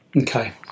Okay